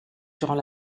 durant